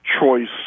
choice